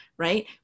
Right